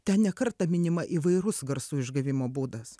ten ne kartą minima įvairus garsų išgavimo būdas